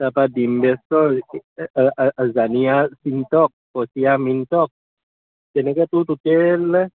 তাৰপা ডিম্বেশ্বৰ জাজিয়াৰ অচিন্তক অচিয়াৰ মিণ্টক তেনেকৈ তোৰ টোটেল